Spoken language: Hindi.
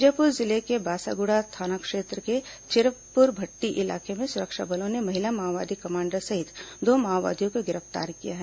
बीजापुर जिले के बासागुड़ा थाना क्षेत्र के चिपुरभट्टी इलाके में सुरक्षा बलों ने महिला माओवादी कमांडर सहित दो माओवादियों को गिरफ्तार किया है